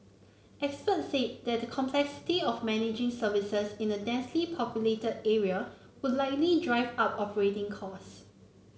experts said the complexity of managing services in a densely populated area would likely drive up operating costs